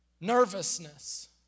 nervousness